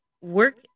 work